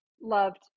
loved